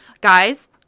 Guys